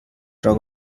drug